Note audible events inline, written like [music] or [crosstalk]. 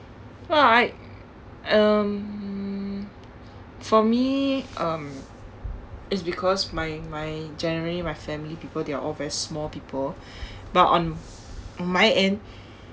no I um for me um it's because my my generally my family people they are all very small people [breath] but on on my end